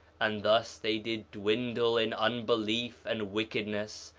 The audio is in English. and thus they did dwindle in unbelief and wickedness,